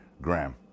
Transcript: Graham